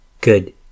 Good